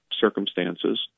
circumstances